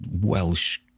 Welsh